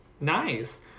nice